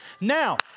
Now